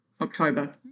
October